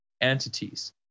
entities